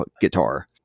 guitar